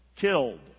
killed